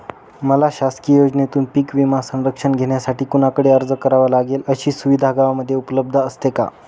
मला शासकीय योजनेतून पीक विमा संरक्षण घेण्यासाठी कुणाकडे अर्ज करावा लागेल? अशी सुविधा गावामध्ये उपलब्ध असते का?